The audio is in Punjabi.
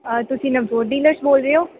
ਤੁਸੀਂ ਨਵਜੋਤ ਡੀਲਰਜ਼ ਬੋਲ ਰਹੇ ਓ